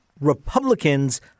republicans